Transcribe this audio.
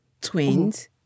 twins